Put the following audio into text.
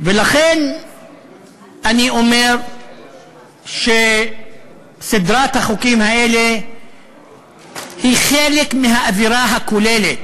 לכן אני אומר שסדרת החוקים האלה היא חלק מהאווירה הכוללת